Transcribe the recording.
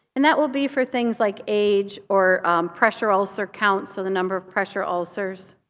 and that will be for things like age, or pressure ulcer counts, or the number of pressure ulcers.